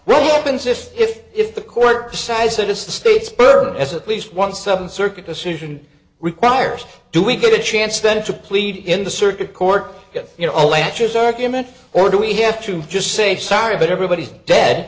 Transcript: really happens if if if the court decides that it's the state's burden as at least once a circuit decision requires do we get a chance then to plead in the circuit court you know letters argument or do we have to just say sorry but everybody's dead